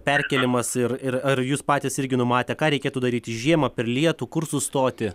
perkėlimas ir ir ar jūs patys irgi numatę ką reikėtų daryti žiemą per lietų kur sustoti